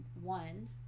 one